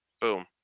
Boom